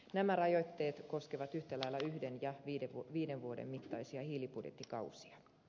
nämä rajoitteet koskevat yhtä lailla yhden ja viiden vuoden mittaisia hiilibudjettikausia